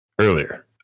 Earlier